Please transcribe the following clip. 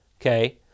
Okay